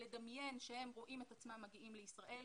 ולדמיין שהם רואים את עצמם מגיעים לישראל.